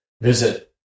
visit